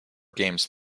games